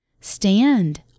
Stand